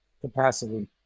capacity